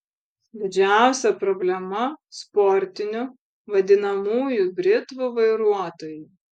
didžiausia problema sportinių vadinamųjų britvų vairuotojai